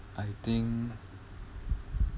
I think